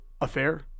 affair